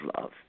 love